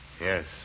Yes